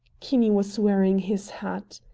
kinney was wearing his hat.